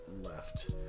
left